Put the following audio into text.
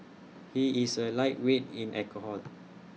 he is A lightweight in alcohol